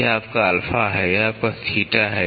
यह आपका अल्फा है यह आपका थीटा है